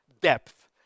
Depth